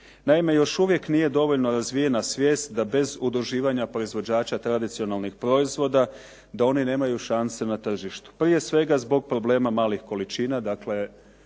Naime, još uvijek nije dovoljno razvijena svijest da bez udruživanja proizvođača tradicionalnih proizvoda da oni nemaju šanse na tržištu, prije svega zbog problema malih količina, dakle